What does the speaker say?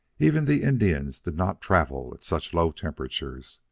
even the indians did not travel at such low temperatures,